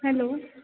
hello